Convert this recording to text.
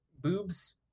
boobs